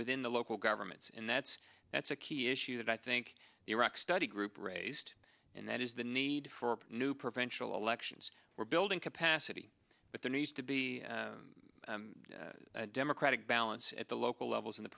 within the local governments and that's that's a key issue that i think the iraq study group raised and that is the need for a new prevention elections we're building capacity but there needs to be democratic balance at the local levels in the